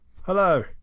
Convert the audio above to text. Hello